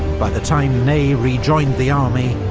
by the time ney rejoined the army,